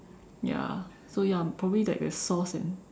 ya so ya probably like the sauce and